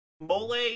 Mole